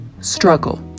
Struggle